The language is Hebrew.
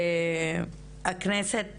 הכנסת